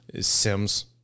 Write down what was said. sims